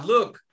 Look